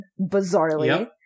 bizarrely